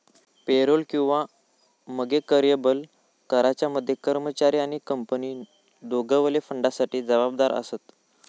payroll किंवा मगे कर्यबल कराच्या मध्ये कर्मचारी आणि कंपनी दोघवले फंडासाठी जबाबदार आसत